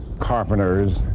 carpenters,